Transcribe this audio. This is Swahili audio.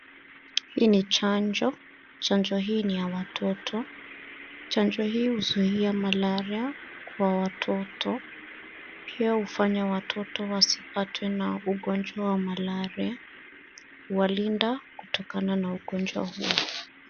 Hii ni chanjo. Chanjo hii ni ya watoto. Chanjo hii huzuia malaria kwa watoto pia hufanya watoto wasipatwe na ugonjwa wa malaria. Walinda kutokana na ugonjwa huo.